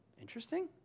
Interesting